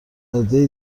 عدهای